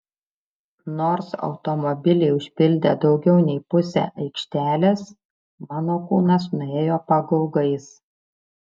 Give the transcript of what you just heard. nors automobiliai užpildė daugiau nei pusę aikštelės mano kūnas nuėjo pagaugais